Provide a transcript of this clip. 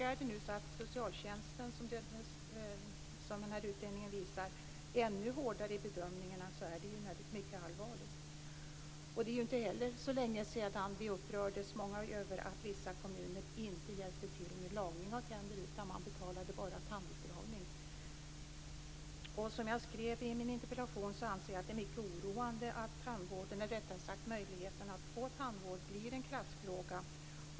Är det så att socialtjänsten, som utredningen visar, nu är ännu hårdare i bedömningarna är det mycket allvarligt. Det är inte heller så länge sedan många av oss upprördes över att vissa kommuner inte hjälpte till med lagning av tänder, utan man betalade bara tandutdragning. Som jag skrev i min interpellation anser jag att det är mycket oroande att möjligheten att få tandvård blir en klassfråga.